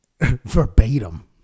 verbatim